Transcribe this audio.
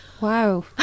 wow